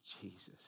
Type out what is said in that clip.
Jesus